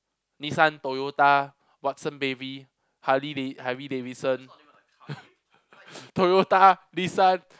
Nissan Toyota Watson baby Harley-Da~ Harley-Davidson Toyota Nissan